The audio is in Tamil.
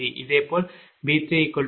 இதேபோல் V3V2 I2Z20